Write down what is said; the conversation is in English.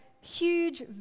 huge